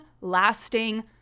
lasting